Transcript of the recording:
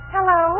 Hello